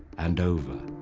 and over,